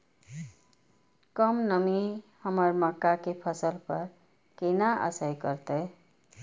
कम नमी हमर मक्का के फसल पर केना असर करतय?